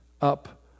up